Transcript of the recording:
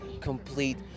complete